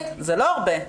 זה לא הרבה.